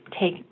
take